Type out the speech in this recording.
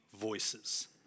voices